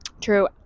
true